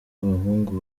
abahungu